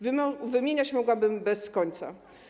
Wymieniać mogłabym bez końca.